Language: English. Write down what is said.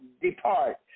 depart